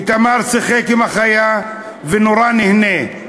איתמר שיחק עם החיה ומאוד נהנה,